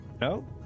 No